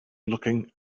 looking